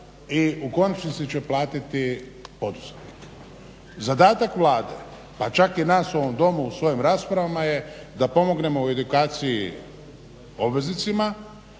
i u konačnici će platiti poduzetnik. Zadatak Vlade, pa čak i nas u ovom Domu u svojim raspravama je da pomognemo u edukaciji obveznicima,